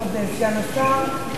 כבוד סגן השר.